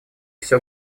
всё